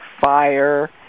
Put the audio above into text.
fire